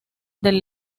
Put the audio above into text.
del